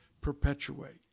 perpetuate